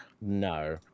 no